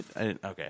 Okay